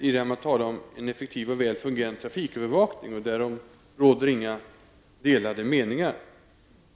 Ingbritt Irhammar talar om behovet av en effektiv och välfungerande trafikövervakning. Därom råder inga delade meningar.